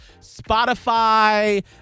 Spotify